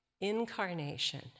incarnation